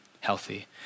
healthy